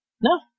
No